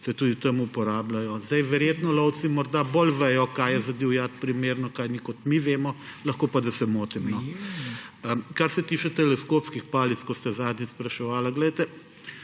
se tudi tam uporabljajo. Verjetno lovci morda bolj vedo, kaj je za divjad primerno, kaj ni, kot mi vemo, lahko pa da se motim. Kar se tiče teleskopskih palic, ko ste zadnjič spraševali.